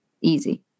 easy